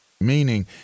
meaning